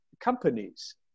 companies